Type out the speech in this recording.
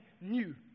new